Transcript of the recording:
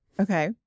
Okay